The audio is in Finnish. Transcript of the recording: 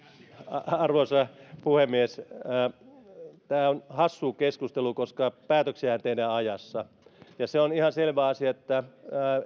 arvoisa puhemies tämä on hassua keskustelua koska päätöksiähän tehdään ajassa ja se on ihan selvä asia että